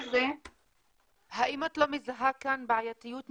זה --- האם את לא מזהה כאן בעייתיות מסוימת,